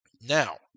Now